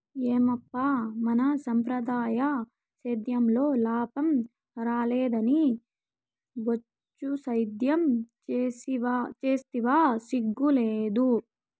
ఏమప్పా మన సంప్రదాయ సేద్యంలో లాభం రాలేదని బొచ్చు సేద్యం సేస్తివా సిగ్గు లేదూ